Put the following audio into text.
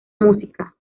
música